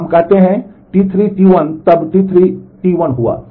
तो हम कहते हैं कि T3 T1 तब T3 T1 हुआ